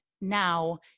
now